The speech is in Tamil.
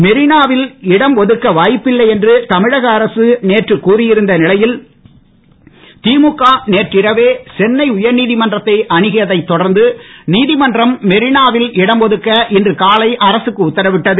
மெரினாவில் இடம் ஒதுக்க வாய்ப்பில்லை என்று தமிழக அரசு நேற்று கூறியிருந்த நிலையில் திமுக நேற்றிரவே சென்னை உயர்நீதமன்றத்தை அணுகியதை தொடர்ந்து நீதிமன்றம் மெரினாவில் இடம் ஒதுக்க இன்று காலை அரசுக்கு உத்தரவிட்டது